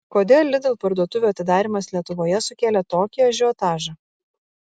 kodėl lidl parduotuvių atidarymas lietuvoje sukėlė tokį ažiotažą